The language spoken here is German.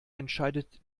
entscheidet